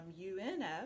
UNF